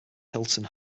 hilton